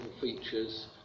features